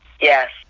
yes